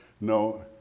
No